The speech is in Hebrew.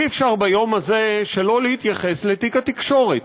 אי-אפשר ביום הזה שלא להתייחס לתיק התקשורת.